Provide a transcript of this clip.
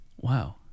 Wow